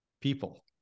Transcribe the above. people